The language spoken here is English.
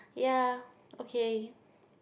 yeah okay